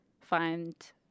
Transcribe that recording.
find